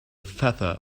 feather